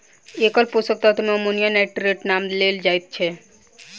एकल पोषक तत्व मे अमोनियम नाइट्रेटक नाम लेल जाइत छै